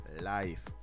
life